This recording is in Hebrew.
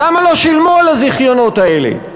למה לא שילמו על הזיכיונות האלה?